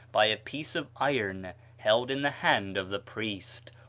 by a piece of iron held in the hand of the priest,